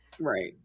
right